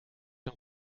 een